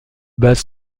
base